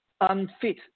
unfit